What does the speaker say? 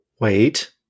wait